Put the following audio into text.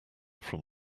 from